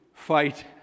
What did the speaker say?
fight